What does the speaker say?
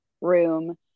room